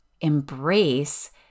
embrace